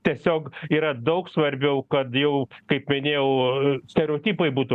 tiesiog yra daug svarbiau kad jau kaip minėjau stereotipai būtų